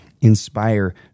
inspire